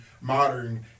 modern